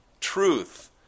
Truth